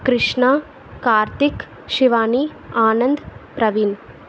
Krishna Karthik Shivani Anand Praveen